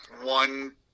One